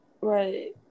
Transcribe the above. Right